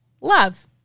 Love